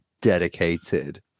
dedicated